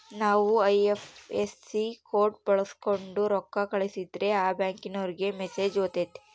ನಾವು IFSC code ಬಳಕ್ಸೋಂಡು ರೊಕ್ಕ ಕಳಸಿದ್ರೆ ಆ ಬ್ಯಾಂಕಿನೋರಿಗೆ ಮೆಸೇಜ್ ಹೊತತೆ